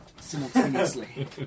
simultaneously